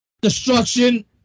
destruction